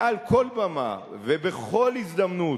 מעל כל במה, ובכל הזדמנות,